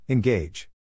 Engage